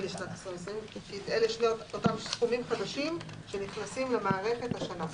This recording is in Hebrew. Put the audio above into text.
לשנת 2020.״ ; אלה אותם סכומים חדשים שנכנסים למערכת השנה.